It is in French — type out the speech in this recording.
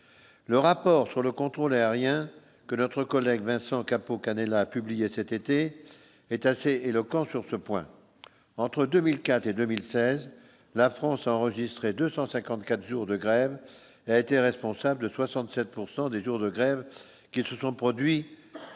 le rapport sur le contrôle aérien que notre collègue Vincent Capo Canellas a publié cet été, est assez éloquent sur ce point entre 2004 et 2016, la France a enregistré 254 jours de grève a été responsable 67 pourcent des jours de grève, qui se sont produits,